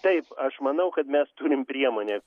taip aš manau kad mes turim priemones